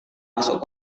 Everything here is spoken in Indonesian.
masuk